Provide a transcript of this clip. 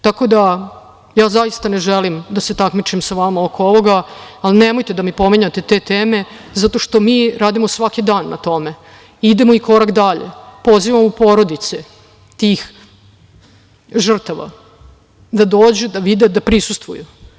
Tako da, ja zaista ne želim da se takmičim sa vama oko ovoga, ali nemojte da mi pominjete te teme, zato što mi radimo svaki dan na tome i idemo i korak dalje – pozivamo porodice tih žrtava da dođu, da vide, da prisustvuju.